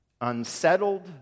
unsettled